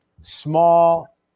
small